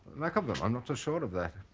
lack of them. i'm not so sure of that.